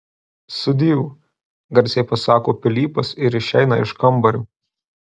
sudieu garsiai pasako pilypas ir išeina iš kambario